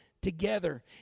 together